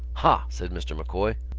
ha! said mr. m'coy.